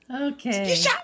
Okay